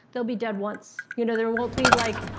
they'll be dead once. you know, there won't be, like,